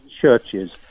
churches